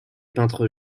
peintres